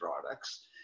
products